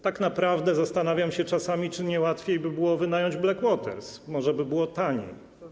Tak naprawdę zastanawiam się czasami, czy nie łatwiej by było wynająć Black Waters, może by było taniej.